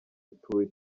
utuye